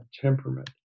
temperament